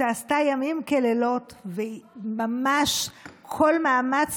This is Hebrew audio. שעשתה ימים ולילות וממש כל מאמץ,